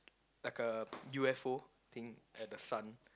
like a U_F_O thing at the sun